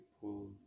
people